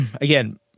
Again